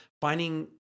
finding